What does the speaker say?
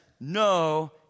no